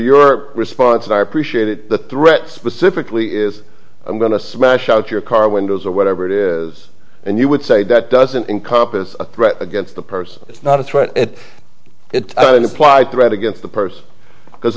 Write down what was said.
your response i appreciate it the threat specifically is i'm going to smash out your car windows or whatever it is and you would say that doesn't encompass a threat against the person it's not a threat at it i don't apply threat against the person because